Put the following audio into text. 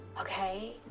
okay